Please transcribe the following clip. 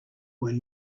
were